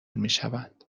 میشوند